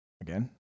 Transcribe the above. again